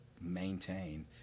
maintain